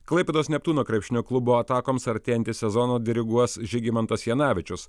klaipėdos neptūno krepšinio klubo atakoms artėjantį sezoną diriguos žygimantas janavičius